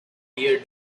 dear